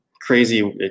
crazy